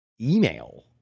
email